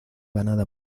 ganada